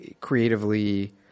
creatively